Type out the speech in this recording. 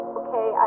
okay